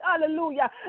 hallelujah